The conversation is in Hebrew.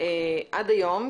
עד היום,